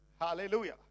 Hallelujah